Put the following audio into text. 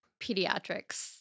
pediatrics